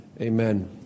Amen